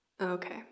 Okay